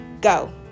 go